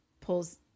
pulls